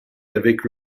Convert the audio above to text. avec